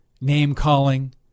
name-calling